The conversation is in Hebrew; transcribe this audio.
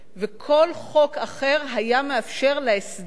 וכל חוק אחר היה מאפשר להסדר הזה,